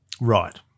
Right